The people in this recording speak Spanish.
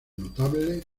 notable